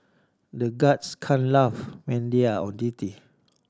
the guards can't laugh when they are on duty